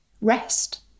rest